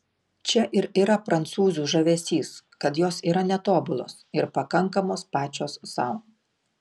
čia ir yra prancūzių žavesys kad jos yra netobulos ir pakankamos pačios sau